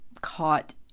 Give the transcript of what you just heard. caught